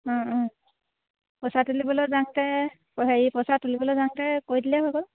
অঁ অঁ পইচা তুলিবলৈ যাওঁতে হেৰি পইচা তুলিবলৈ যাওঁতে কৈ দিলে হৈ' গল